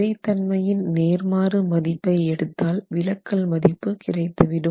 விறைத் தன்மையின் நேர்மாறு மதிப்பை எடுத்தால் விலக்கல் மதிப்பு கிடைத்துவிடும்